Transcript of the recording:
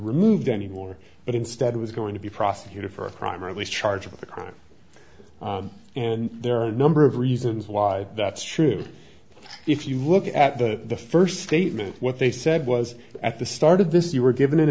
removed anymore but instead was going to be prosecuted for a crime or at least charged with a crime and there are a number of reasons why that's true if you look at the first statement what they said was at the start of this you were given